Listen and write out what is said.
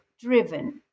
driven